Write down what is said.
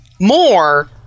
more